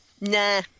Nah